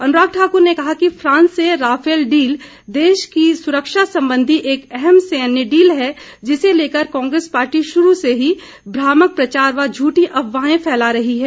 अनुराग ठाकुर ने कहा कि फ्रांस से राफेल डील देश की सुरक्षा संबंधी एक अहम सैन्य डील है जिसे लेकर कांग्रेस पार्टी शुरू से ही भ्रामक प्रचार व झूठी अफवाहें फैला रही है